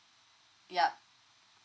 yup